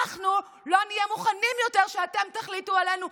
אנחנו לא מוכנים שאתם תחליטו עלינו.